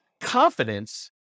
confidence